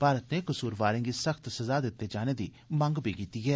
भारत नै कसूरवारें गी सख्त सजा दित्ते जाने दी मंग कीती ऐ